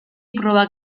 probak